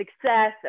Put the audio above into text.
success